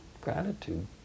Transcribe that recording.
gratitude